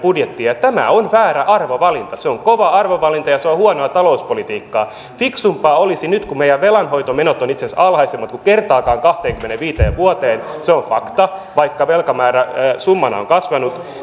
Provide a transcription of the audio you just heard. budjettia ja tämä on väärä arvovalinta se on kova arvovalinta ja se on huonoa talouspolitiikkaa fiksumpaa olisi nyt kun meidän velanhoitomenomme ovat itse asiassa alhaisemmat kuin kertaakaan kahteenkymmeneenviiteen vuoteen se on fakta vaikka velkamäärä summana on kasvanut